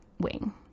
wing